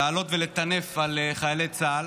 לעלות לטנף על חיילי צה"ל.